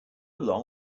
long